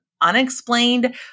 unexplained